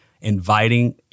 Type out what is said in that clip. inviting